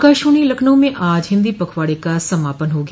आकाशवाणी लखनऊ में आज हिन्दी पखवाड़े का समापन हो गया